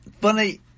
funny